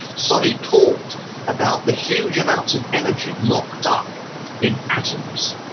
soddy talked about the huge amounts of energy locked up in atoms,